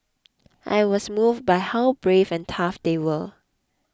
I was moved by how brave and tough they were